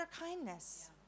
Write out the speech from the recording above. kindness